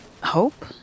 hope